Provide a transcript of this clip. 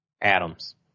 Adams